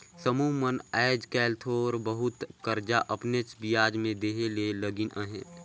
समुह मन आएज काएल थोर बहुत करजा अपनेच बियाज में देहे ले लगिन अहें